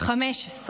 15,